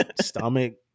stomach